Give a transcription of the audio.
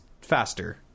faster